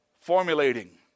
formulating